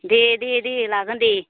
दे दे दे लागोन दे